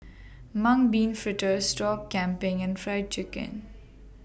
Mung Bean Fritters Sop Kambing and Fried Chicken